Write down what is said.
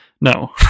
No